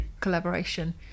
collaboration